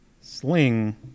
Sling